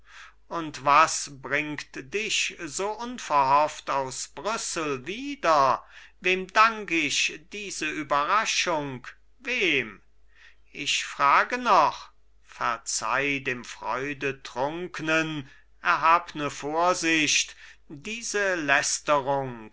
und was bringt dich so unverhofft aus brüssel wieder wem dank ich diese überraschung wem ich frage noch verzeih dem freudetrunknen erhabne vorsicht diese lästerung